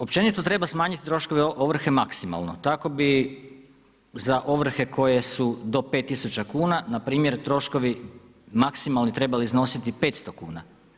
Općenito treba smanjiti troškove ovrhe maksimalno tako bi za ovrhe koje su do 5 tisuća kuna npr. troškovi maksimalni trebali iznositi 500 kuna.